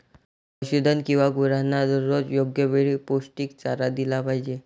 पशुधन किंवा गुरांना दररोज योग्य वेळी पौष्टिक चारा दिला पाहिजे